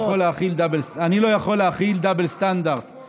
אני לא יכול להכיל סטנדרט כפול.